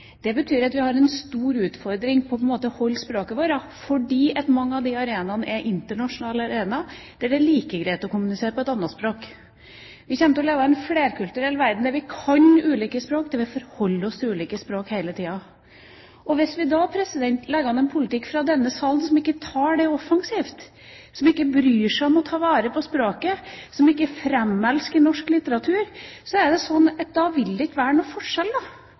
Det betyr at vi har en stor utfordring i å beholde språket vårt, fordi mange av de arenaene er internasjonale, der det er like greit å kommunisere på et annet språk. Vi kommer til å leve i en flerkulturell verden der vi kan ulike språk, der vi forholder oss til ulike språk hele tida. Hvis vi da legger an en politikk fra denne salen som ikke tar det offensivt, som ikke bryr sg om å ta vare på språket, som ikke framelsker norsk litteratur, vil det ikke være noen forskjell mellom det som er norsk, og det som er utenlandsk litteratur. Hvis vi gjør noen